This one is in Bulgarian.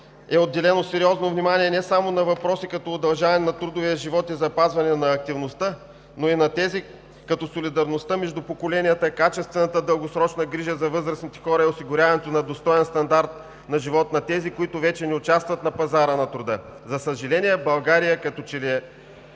е отделено сериозно внимание не само на въпроси като удължаване на трудовия живот и запазване на активността, но и на тези, като солидарността между поколенията, качествената дългосрочна грижа за възрастните хора и осигуряването на достоен стандарт на живот на тези, които вече не участват на пазара на труда. За съжаление, България като че ли е